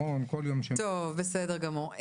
טוב, בסדר גמור.